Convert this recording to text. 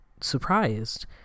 surprised